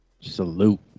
Salute